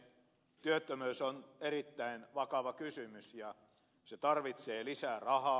työttömyys on erittäin vakava kysymys ja se tarvitsee lisää rahaa